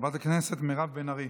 חברת הכנסת מירב בן ארי.